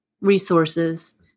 resources